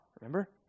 remember